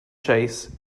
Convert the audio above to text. chase